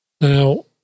Now